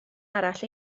arall